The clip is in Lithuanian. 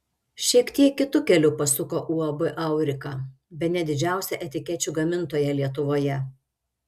šiek tiek kitu keliu pasuko uab aurika bene didžiausia etikečių gamintoja lietuvoje